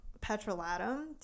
petrolatum